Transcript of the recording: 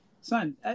Son